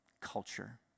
culture